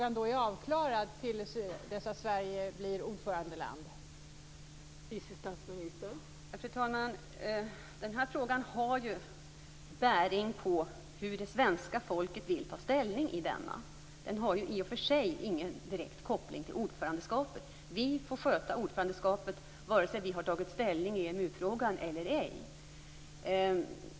Fru talman! Denna fråga har ju bäring på hur det svenska folket vill ta ställning i den. Den har ju i och för sig ingen direkt koppling till ordförandeskapet. Vi får sköta ordförandeskapet vare sig vi har tagit ställning i EMU-frågan eller ej.